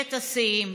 ממשלת השיאים.